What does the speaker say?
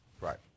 right